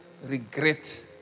Regret